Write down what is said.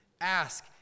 ask